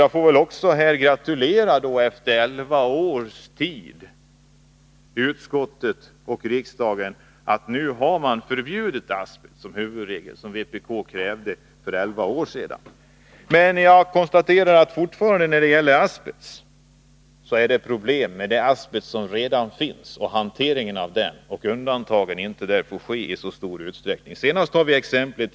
Jag får efter elva år gratulera utskottet och riksdagen. Nu har vi huvudregeln att användning av asbest är förbjuden, vilket alltså vpk krävde redan för elva år sedan. Men fortfarande är det problem med den asbest som redan finns och hanteringen av denna. Undantag får inte förekomma i så stor utsträckning som hittills har varit fallet.